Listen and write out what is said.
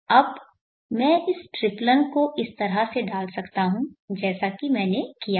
अब मैं इस ट्रिप्लन को इस तरह से डाल सकता हूं जैसा कि मैंने किया है